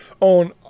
on